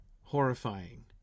horrifying